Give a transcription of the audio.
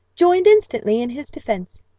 joined instantly in his defence.